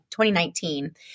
2019